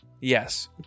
yes